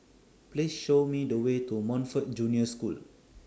Please Show Me The Way to Montfort Junior School